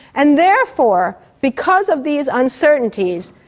and therefore, because of these uncertainties,